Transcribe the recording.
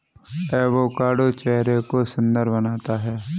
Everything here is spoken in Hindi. एवोकाडो चेहरे को सुंदर बनाता है